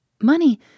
Money